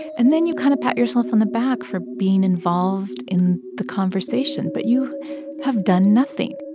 and then you kind of pat yourself on the back for being involved in the conversation. but you have done nothing